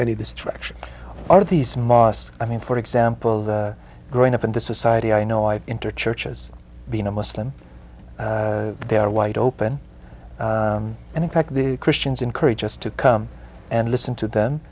any distractions are these mosques i mean for example growing up in the society i know i entered churches being a muslim they are wide open and in fact the christians encourage us to come and listen to them